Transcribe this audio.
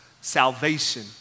Salvation